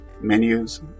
menus